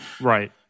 Right